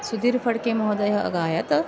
सुदीर्फ़ड्के महोदयः अगायत्